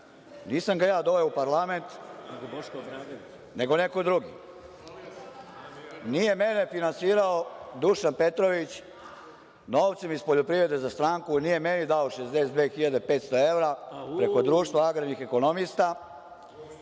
Nisam ga ja doveo u parlament nego neko drugi. Nije mene finansirao Dušan Petrović novcem iz poljoprivrede za stranku. Nije meni dao 62.500 evra preko Društva agrarnih ekonomista.